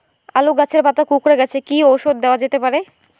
আলু গাছের পাতা কুকরে গেছে কি ঔষধ দেওয়া যেতে পারে?